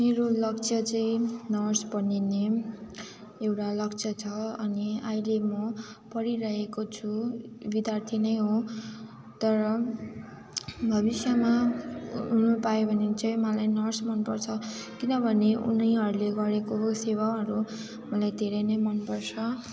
मेरो लक्ष्य चाहिँ नर्स बनिने एउटा लक्ष्य छ अनि अहिले म पढिरहेको छु विद्यार्थी नै हो तर भविष्यमा हुनुपायो भने चाहिँ मलाई नर्स मन पर्छ किन भने उनीहरूले गरेको सेवाहरू मलाई धेरै नै मन पर्छ